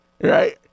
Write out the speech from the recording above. Right